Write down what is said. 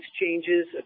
changes